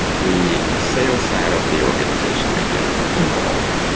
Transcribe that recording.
the sales ah of the organization may get involved.